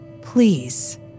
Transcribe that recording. please